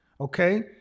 Okay